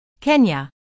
Kenya